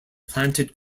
planted